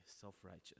self-righteous